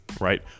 right